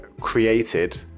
created